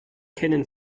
kennen